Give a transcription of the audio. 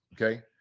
okay